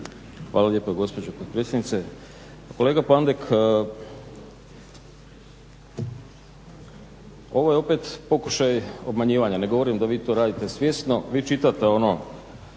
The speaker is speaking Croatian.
Hvala lijepo gospođo potpredsjednice. Pa kolega Pandek, ovo je opet pokušaj obmanjivanja. Ne govorim da vi to radite svjesno. Vi čitate ono